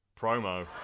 Promo